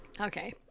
Okay